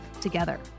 together